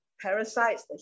parasites